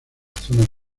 zona